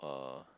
uh